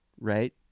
right